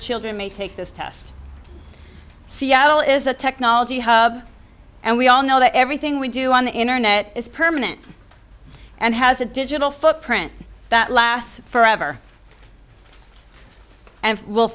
children may take this test seattle is a technology hub and we all know that everything we do on the internet is permanent and has a digital footprint that lasts forever and w